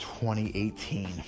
2018